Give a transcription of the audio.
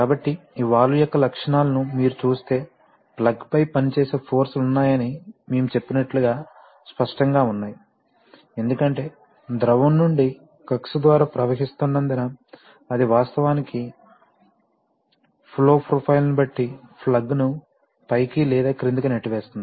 కాబట్టి ఈ వాల్వ్ యొక్క లక్షణాలను మీరు చూస్తే ప్లగ్పై పనిచేసే ఫోర్స్ లు ఉన్నాయని మేము చెప్పినట్లుగా స్పష్టంగా ఉన్నాయి ఎందుకంటే ద్రవం నుండి కక్ష్య ద్వారా ప్రవహిస్తున్నందున అది వాస్తవానికి ఫ్లో ప్రొఫైల్ ను బట్టి ప్లగ్ను పైకి లేదా క్రిందికి నెట్టివేస్తోంది